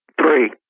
Three